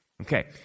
Okay